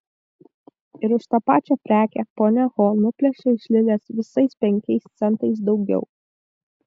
ir už tą pačią prekę ponia ho nuplėšė iš lilės visais penkiais centais daugiau